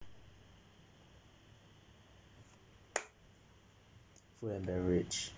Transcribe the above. food and beverage